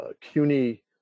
CUNY